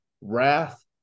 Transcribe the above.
wrath